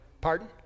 Pardon